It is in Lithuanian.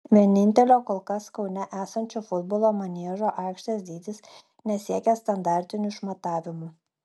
vienintelio kol kas kaune esančio futbolo maniežo aikštės dydis nesiekia standartinių išmatavimų